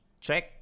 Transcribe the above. check